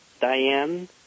Diane